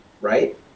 Right